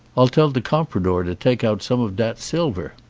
i'll tell the compradore to take out some of dat silver.